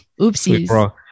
oopsies